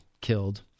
killed